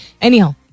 Anyhow